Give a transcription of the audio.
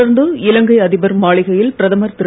தொடர்ந்து இலங்கை அதிபர் மாளிகையில் பிரதமர் திரு